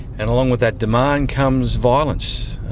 and along with that demand comes violence.